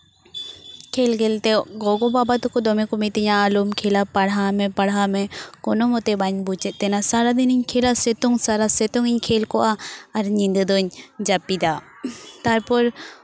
ᱠᱷᱮᱞ ᱠᱷᱮᱞᱛᱮ ᱜᱚᱜᱚᱼᱵᱟᱵᱟ ᱛᱟᱠᱚ ᱫᱚᱢᱮ ᱠᱚ ᱢᱤᱛᱟᱹᱧᱟ ᱟᱞᱚᱢ ᱠᱷᱮᱞᱟ ᱯᱟᱲᱦᱟᱣ ᱢᱮ ᱯᱟᱲᱦᱟᱣ ᱢᱮ ᱠᱳᱱᱳ ᱢᱚᱛᱮ ᱵᱟᱹᱧ ᱵᱩᱡᱮᱫ ᱛᱟᱦᱮᱱᱟ ᱥᱟᱨᱟ ᱫᱤᱱᱤᱧ ᱠᱷᱮᱞᱟ ᱥᱤᱛᱩᱝ ᱥᱟᱨᱟ ᱥᱤᱛᱩᱝᱤᱧ ᱠᱷᱮᱞ ᱠᱚᱜᱼᱟ ᱟᱨ ᱧᱤᱫᱟᱹ ᱫᱚᱧ ᱡᱟᱹᱯᱤᱫᱟ ᱛᱟᱨᱯᱚᱨ